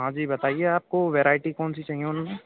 हाँ जी बताइए आपको वेरायटी कौन सी चाहिए